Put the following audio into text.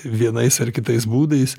vienais ar kitais būdais